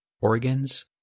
organs